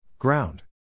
Ground